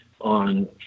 on